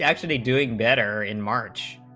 actually doing better in march